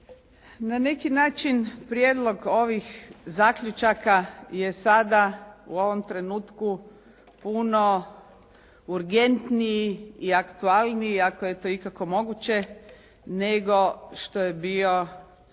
Na neki način prijedlog ovih zaključaka je sada u ovom trenutku puno urgentniji i aktualniji ako je to ikako moguće nego što je bio